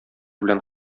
белән